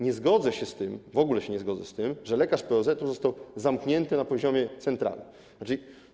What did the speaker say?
Nie zgodzę się z tym, w ogóle się nie zgodzę z tym, że lekarz POZ został zamknięty na poziomie centrali.